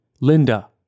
linda